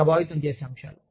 ప్రభావితం చేసే అంశాలు